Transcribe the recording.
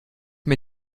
mir